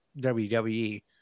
WWE